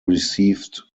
received